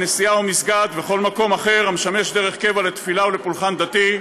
כנסייה או מסגד וכל מקום אחר המשמש דרך קבע לתפילה או לפולחן דתי.